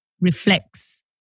reflects